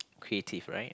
creative right